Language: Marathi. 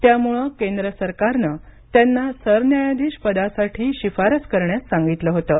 त्यामुळे केंद्र सरकारनं त्यांना सरन्यायाधीश पदासाठी शिफारस करण्यास सांगितलं होतं